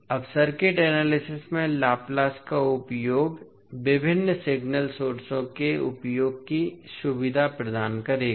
अब circuit analysis में Laplace का उपयोग विभिन्न सिग्नल सोर्सों के उपयोग की सुविधा प्रदान करेगा